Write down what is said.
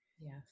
yes